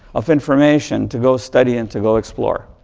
of information to go study and to go explore.